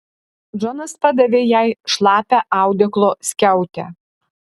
džonas padavė jai šlapią audeklo skiautę